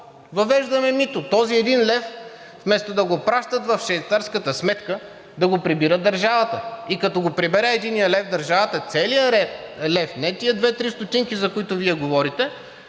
Въвеждаме мито! Този 1 лв., вместо да го пращат в швейцарската сметка, да го прибира държавата и като го прибере 1 лв. държавата, целия лев, не тези две-три стотинки, за които Вие говорите,